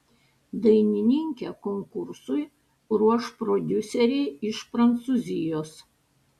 dainininkę konkursui ruoš prodiuseriai iš prancūzijos